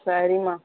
சரிம்மா